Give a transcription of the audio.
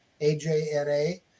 A-J-N-A